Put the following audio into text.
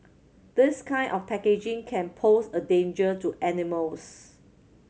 this kind of packaging can pose a danger to animals